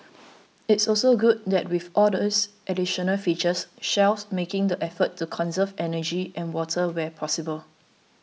it's also good that with all these additional features Shell's making the effort to conserve energy and water where possible